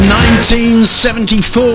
1974